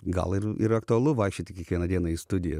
gal ir ir aktualu vaikščioti kiekvieną dieną į studiją